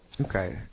Okay